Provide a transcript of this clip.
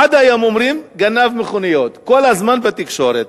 עד היום אומרים "גנב מכוניות" כל הזמן בתקשורת.